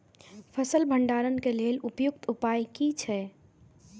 फसल भंडारण के लेल उपयुक्त उपाय कि छै?